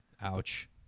Ouch